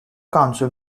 council